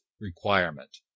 requirement